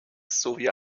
sowie